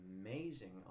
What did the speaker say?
amazing